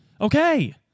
Okay